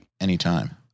anytime